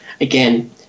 Again